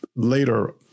Later